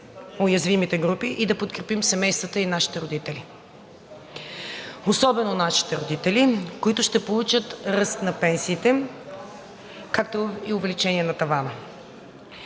уязвимите групи и да подкрепим семействата и нашите родители. Особено нашите родители, които ще получат ръст на пенсиите, както и увеличение на тавана.